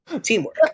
Teamwork